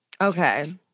Okay